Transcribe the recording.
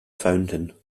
fountain